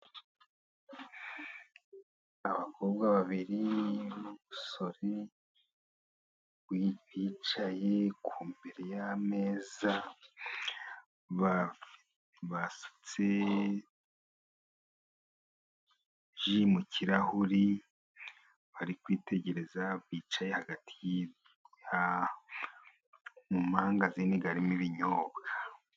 Abakobwa babiri n'umusore bicaye imbere y'ameza, basutse ji mu kirahuri, bari kwitegereza, bicaye hagati mu mangazini arimo ibinyobwa.